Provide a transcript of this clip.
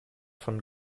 von